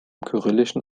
kyrillischen